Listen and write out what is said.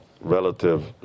relative